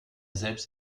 selbst